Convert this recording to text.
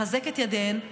לחזק את ידיהן,